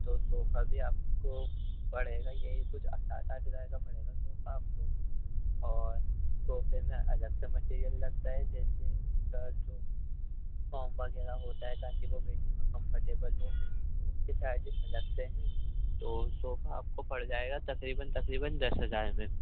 تو صوفہ بھی آپ کو پڑے گا یہی کچھ سات آٹھ ہزار کا پڑے گا صوفہ آپ کو اور صوفے میں الگ سے مٹیریل لگتا ہے جیسے اس کا جو فم وغیرہ ہوتا ہے تاکہ وہ بیٹھنے میں کمفرٹیبل ہو اس کے چارجز الگ سے ہیں تو صوفہ آپ کو پڑ جائے گا تقریباً تقریباً دس ہزار میں